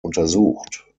untersucht